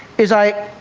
is i